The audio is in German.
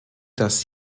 das